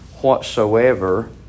whatsoever